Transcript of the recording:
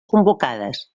convocades